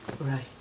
Right